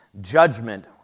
judgment